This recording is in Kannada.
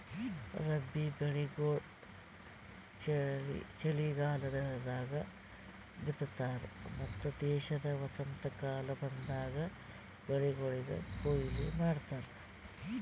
ರಬ್ಬಿ ಬೆಳಿಗೊಳ್ ಚಲಿಗಾಲದಾಗ್ ಬಿತ್ತತಾರ್ ಮತ್ತ ದೇಶದ ವಸಂತಕಾಲ ಬಂದಾಗ್ ಬೆಳಿಗೊಳಿಗ್ ಕೊಯ್ಲಿ ಮಾಡ್ತಾರ್